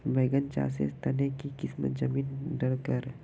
बैगन चासेर तने की किसम जमीन डरकर?